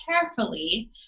carefully